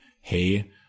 Hey